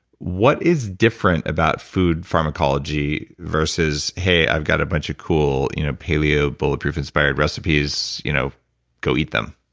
what is different about food pharmacology versus, hey, i've got a bunch of cool you know paleo, bulletproof-inspired recipes, you know go eat them?